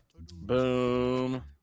boom